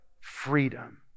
freedom